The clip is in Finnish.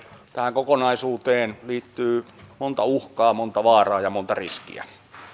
kokonaisuuteen liittyy monta uhkaa monta vaaraa ja monta riskiä